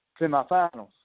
semifinals